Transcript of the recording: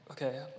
Okay